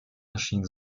erschien